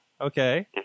Okay